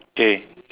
K